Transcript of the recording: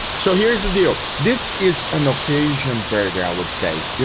so here's the deal, this is an occasion burger i would say. you